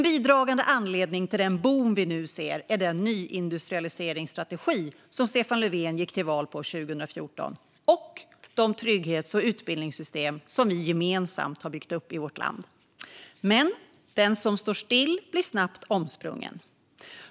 Bidragande anledningar till den boom vi nu ser är den nyindustrialiseringsstrategi som Stefan Löfven gick till val på 2014 och de trygghets och utbildningssystem som vi gemensamt har byggt upp i vårt land. Men den som står still blir snabbt omsprungen.